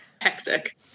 Hectic